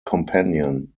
companion